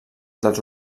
dels